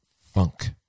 Funk